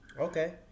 okay